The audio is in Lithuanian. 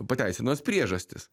pateisinamas priežastis